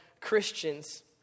Christians